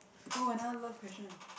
oh another love question